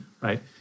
right